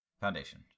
Foundation